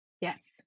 Yes